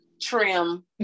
trim